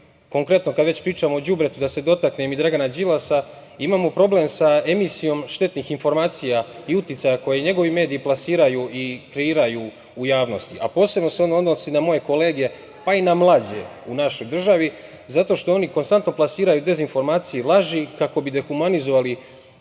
Konkretno, kad već pričamo o đubretu da se dotaknem i Dragana Đilasa. Imamo problem sa emisijom i štetnih informacija i uticaja koji njegovi mediji plasiraju i kreiraju u javnosti, a posebno se ovo odnosi na moje kolege, pa i na mlađe, u našoj državi zato što oni konstantno plasiraju dezinformacije i laži kako bi dehumanizovali